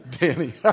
Danny